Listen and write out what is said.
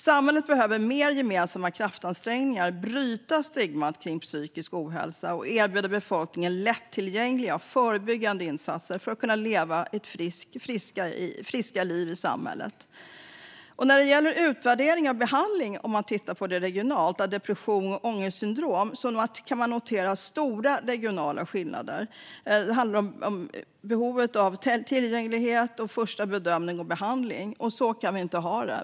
Samhället behöver mer gemensamma kraftansträngningar och bryta stigmat kring psykisk ohälsa och erbjuda befolkningen lättillgängliga och förebyggande insatser för att människor ska kunna leva friska liv i samhället. När det gäller utvärdering av behandling av depression och ångestsyndrom kan man notera stora regionala skillnader. Det handlar om behovet av tillgänglighet och en första bedömning och behandling. Så kan vi inte ha det.